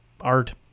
art